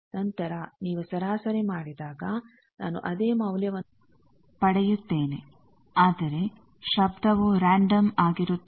ನಂತರ ನೀವು ಸರಾಸರಿ ಮಾಡಿದಾಗ ನಾನು ಅದೇ ಮೌಲ್ಯವನ್ನು ಪಡೆಯುತ್ತೇನೆ ಆದರೆ ಶಬ್ಧವು ರ್ಯಾನ್ಡಮ ಆಗಿರುತ್ತದೆ